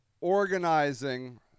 organizing